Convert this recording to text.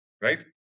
right